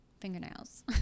fingernails